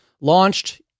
launched